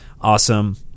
awesome